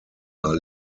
are